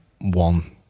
one